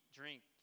drink